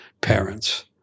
parents